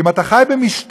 אם אתה חי במשטר